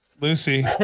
Lucy